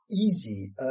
easy